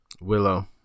Willow